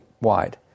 wide